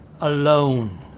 alone